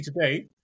today